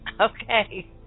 Okay